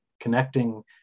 connecting